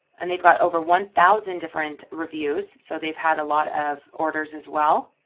and they've got over one thousand different reviews. so they've had a lot of orders as well.